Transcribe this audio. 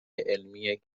علمی